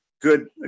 good